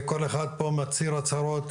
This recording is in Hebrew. כל אחד פה מצהיר הצהרות,